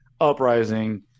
uprising